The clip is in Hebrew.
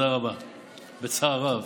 בצער רב.